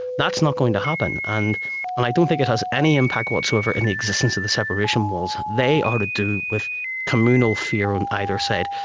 that's not going to happen. and and i don't think it has any impact whatsoever in the existence of the separation walls. they are to do with communal fear on either side.